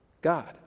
God